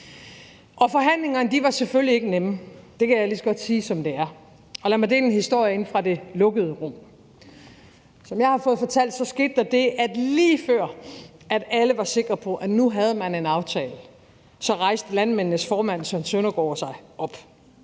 Forhandlingerne var selvfølgelig ikke nemme – det kan jeg lige så godt sige, som det er. Lad mig dele en historie inde fra det lukkede rum. Som jeg har fået det fortalt, skete der det, at lige før alle var sikre på, at man nu havde en aftale, rejste formanden for Landbrug &